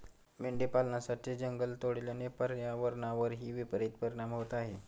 मेंढी पालनासाठी जंगल तोडल्याने पर्यावरणावरही विपरित परिणाम होत आहे